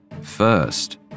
First